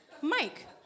Mike